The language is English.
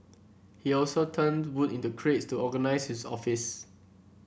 he also turned wood into crates to organise his office